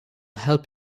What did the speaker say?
help